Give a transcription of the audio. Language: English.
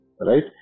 Right